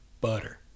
butter